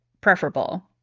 preferable